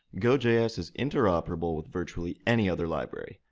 gojs is interoperable with virtually any other library,